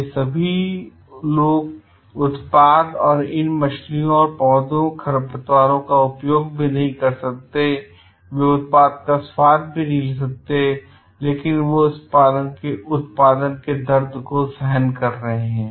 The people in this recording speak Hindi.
ये सभी लोग उत्पाद और इन मछलियों और पौधों खरपतवारों का उपयोग भी नहीं कर सकते हैं वे उत्पाद का स्वाद भी नहीं लेते हैं लेकिन वे इस उत्पादन के दर्द को सहन कर रहे हैं